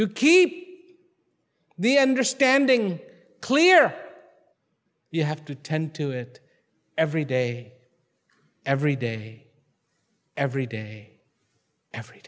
to keep the understanding clear you have to tend to it every day every day every day every